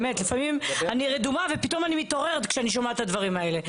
לפעמים אני רדומה ופתאום אני מתעוררת כשאני שומעת את הדברים האלה.